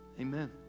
Amen